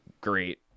great